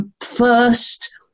first